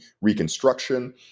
reconstruction